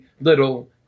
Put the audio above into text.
little